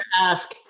ask